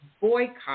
boycott